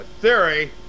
theory